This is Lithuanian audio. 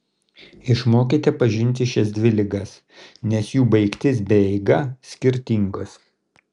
išmokite pažinti šias dvi ligas nes jų baigtis bei eiga skirtingos